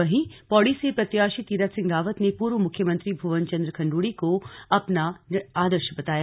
वहीं पौड़ी से प्रत्याशी तीरथ सिंह रावत ने पूर्व मुख्यमंत्री भ्वन चन्द्र खण्ड्ड़ी को अपना आदर्श बताया